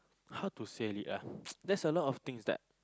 how to say it ah there's a lot of things that